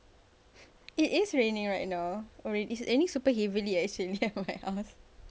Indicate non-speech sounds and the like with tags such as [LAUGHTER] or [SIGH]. it is raining right now alr~ is any super heavily actually [LAUGHS] near my house